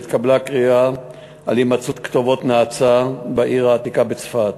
התקבלה קריאה על הימצאות כתובות נאצה בעיר העתיקה בצפת